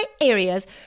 areas